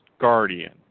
Guardian